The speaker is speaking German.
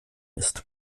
ist